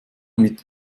mit